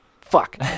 Fuck